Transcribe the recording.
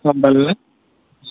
গম পালি নে